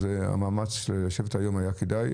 אז המאמץ לשבת היום היה כדאי.